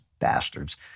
bastards—